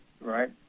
Right